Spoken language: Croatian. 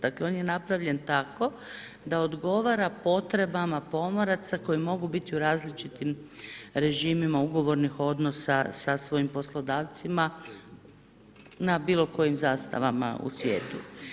Dakle on je napravljen tako da odgovara potrebama pomoraca koji mogu biti u različitim režimima ugovornih odnosa sa svojim poslodavcima na bilo kojim zastavama u svijetu.